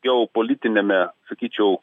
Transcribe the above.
geopolitiniame sakyčiau